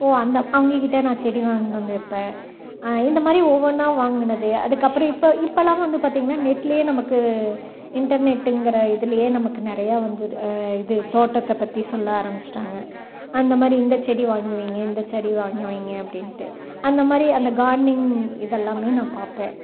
ஓ அந்த அங்கே கிட்ட நான் செடி வாங்கிட்டு வந்து வைப்பேன் இந்த மாதிரி ஒவ்வொன்னா வாங்கினது அதுக்கு அப்புறம் இப்போ இப்போல்லாம் வந்து பார்த்திங்கன்னா நெட்லே நமக்கு இன்டெர்நெட்ங்கிற இதுலேயே நமக்கு நிறையா வந்து இது தோட்டத்தை பற்றி சொல்ல ஆரமிமிச்சிட்டாங்க அந்த மாதிரி இந்த செடி வாங்கி வைங்க இந்த செடி வாங்கி வைங்க அப்படின்னுட்டு அந்த மாதிரி அந்த கார்டனிங் இது எல்லாம் நான் பார்ப்பேன்